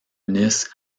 nice